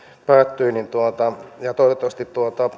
päättyi ja toivottavasti